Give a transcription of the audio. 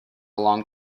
long